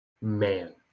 Man